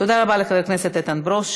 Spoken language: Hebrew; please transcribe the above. תודה רבה לחבר הכנסת ברושי.